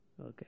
Okay